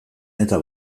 eta